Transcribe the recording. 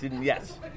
yes